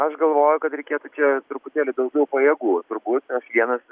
aš galvoju kad reikėtų čia truputėlį daugiau pajėgų turbūt aš vienas